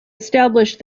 established